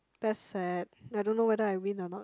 that's sad I don't know whether I win or not